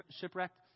shipwrecked